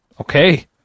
Okay